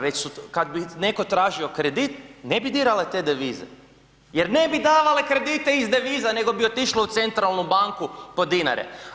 Već su kad bi neko tražio kredit, ne bi dirale te devize jer ne bi davale kredite iz deviza nego bi otišle u centralnu banku po dinare.